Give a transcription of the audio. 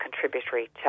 contributory